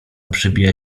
przebija